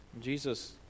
Jesus